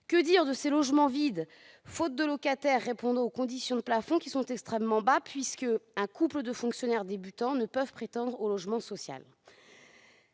Que dire de ces logements vides, faute de locataires répondant aux critères de ressources, qui sont extrêmement bas, puisqu'un couple de fonctionnaires débutants ne peut pas prétendre au logement social